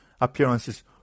appearances